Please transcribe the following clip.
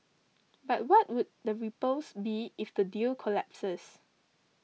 but what would the ripples be if the deal collapses